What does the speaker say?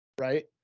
right